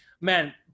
man